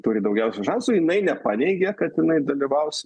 turi daugiausiai šansų jinai nepaneigia kad jinai dalyvaus